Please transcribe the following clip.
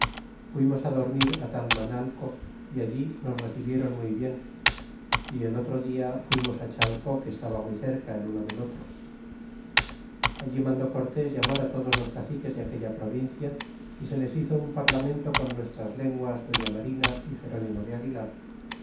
fuimos dormir talmanalco y allí nos recibieron muy bien y el otro dia fuimos chalco que estaba muy cerca el uno del otro allí mandó cortés llamará todos los caciques de aquella provincia y se les hizo un parlamento con nuestras lenguas doña marina a gerónimo de aguilar